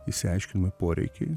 išsiaiškinami poreikiai